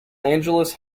angeles